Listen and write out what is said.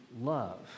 love